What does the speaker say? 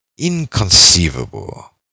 inconceivable